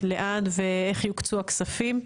לאן ואיך יוקצו הכספים?